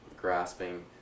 grasping